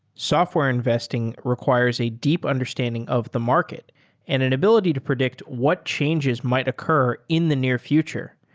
software investing requires a deep understanding of the market and an ability to predict what changes might occur in the near future.